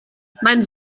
mein